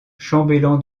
chambellan